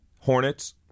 Hornets